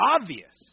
obvious